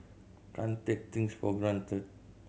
can't take things for granted